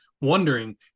wondering